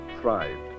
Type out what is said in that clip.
thrived